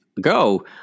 go